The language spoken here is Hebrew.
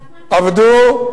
עבדו.